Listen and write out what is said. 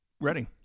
ready